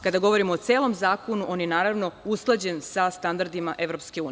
Kada govorimo o celom zakonu, on je naravno usklađen sa standardima EU.